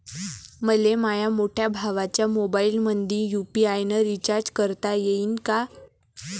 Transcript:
मले माह्या मोठ्या भावाच्या मोबाईलमंदी यू.पी.आय न रिचार्ज करता येईन का?